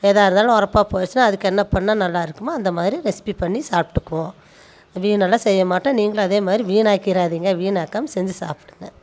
எதாக இருந்தாலும் ஒரப்பா போயிடுச்சுனா அதுக்கு என்ன பண்ணிணா நல்லாருக்குமோ அந்த மாதிரி ரெசிபி பண்ணி சாப்பிட்டுக்குவோம் வீண் எல்லாம் செய்ய மாட்டோம் நீங்களும் அதே மாதிரி வீணாக்கிறாதீங்க வீணாக்காமல் செஞ்சி சாப்பிடுங்க